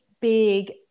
big